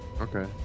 Okay